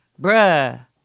bruh